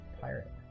pirate